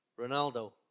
Ronaldo